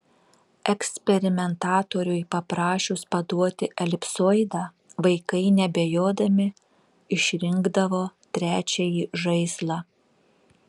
eksperimentatoriui paprašius paduoti elipsoidą vaikai neabejodami išrinkdavo trečiąjį žaislą